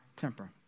temper